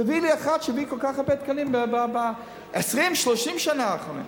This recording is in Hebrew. תגיד לי אחד שהביא כל כך הרבה תקנים ב-30-20 השנים האחרונות,